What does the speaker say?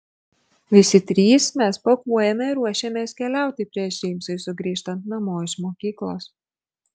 visi trys mes pakuojame ir ruošiamės keliauti prieš džeimsui sugrįžtant namo iš mokyklos